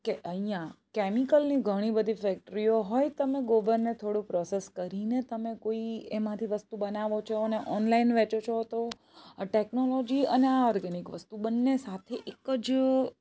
કે અહીંયાં કેમિકલની ઘણી ફેકટ્રીઓ હોય તમે ગોબર ને થોડું પ્રોસેસ કરીને તમે કોઈ એમાંથી વસ્તુ બનાવો છો અને ઓનલાઈન વેચો છો તો આ ટેક્નોલોજી અને આ ઓર્ગેનિક વસ્તુ બંને સાથે એક જ